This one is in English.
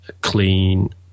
clean